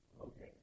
Okay